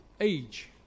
age